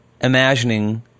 imagining